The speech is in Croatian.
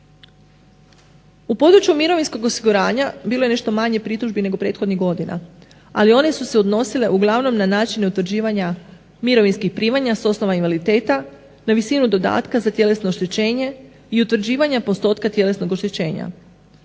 U području mirovinskog osiguranja bilo je nešto manje pritužbi nego prethodnih godina, ali one su se odnosile uglavnom na načine utvrđivanja mirovinskih primanja sa osnova invaliditeta na visinu dodatka za tjelesno oštećenje i utvrđivanja postotka tjelesnog oštećenja.